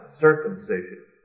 Circumcision